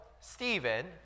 Stephen